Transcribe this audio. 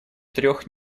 трех